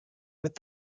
with